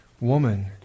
Woman